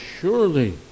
surely